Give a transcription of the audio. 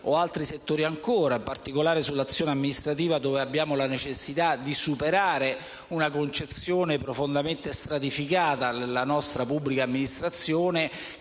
o il sistema dei controlli. In particolare, nell'azione amministrativa abbiamo la necessità di superare una concezione profondamente stratificata nella nostra pubblica amministrazione: